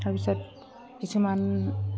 তাৰপিছত কিছুমান